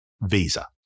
Visa